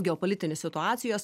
geopolitinės situacijos